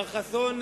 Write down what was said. מר חסון,